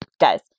Guys